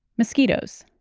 mosquitoes